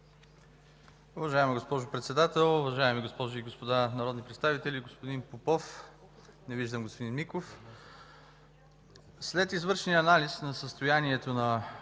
Уважаеми господин Председател, уважаеми госпожи и господа народни представители, господин Попов, не виждам господин Миков! След извършения анализ на състоянието на